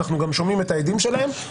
אנחנו גם שומעים את ההדים שלהם,